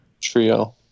trio